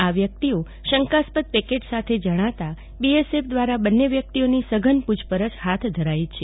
આ બે વ્યકિતઓ શંકાસ્પદ પેકેટ સાથે જણાતા બીએસએફ દવારા બને વ્યકિતઓ ની સઘન પુછપરછ હાથ ધરાઈ છે